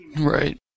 Right